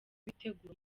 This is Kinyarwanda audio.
bitegura